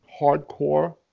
hardcore